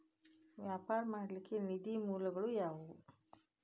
ವ್ಯಾಪಾರ ಮಾಡ್ಲಿಕ್ಕೆ ನಿಧಿಯ ಮೂಲಗಳು ಯಾವ್ಯಾವು?